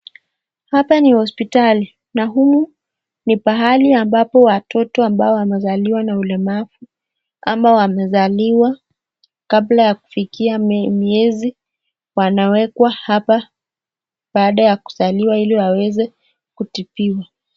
Hapa ni hospitali na humu ni pahali ambapo watoto ambao wamezaliwa na ulemavu ama wamezaliwa kabla ya kufikia miezi wanawekwa hapa baada ya kuzaliwa ili waweze kutibiwa.